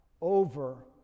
over